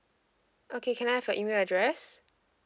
okay can I have your email address